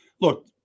look –